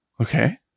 okay